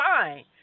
fine